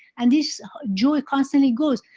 and this joy constantly goes.